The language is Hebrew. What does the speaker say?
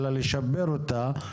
אלא לשפר אותה,